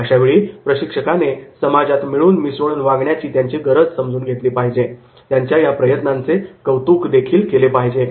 अशावेळी प्रशिक्षकाने समाजात मिळून मिसळून वागण्याची त्यांची गरज समजून घेतली पाहिजे आणि त्यांच्या या प्रयत्नांचे कौतुकदेखील केले पाहिजे